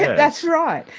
that's right.